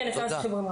כן, אפשר לעשות חיבור.